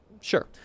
sure